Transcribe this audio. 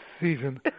season